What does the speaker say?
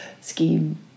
scheme